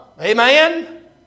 Amen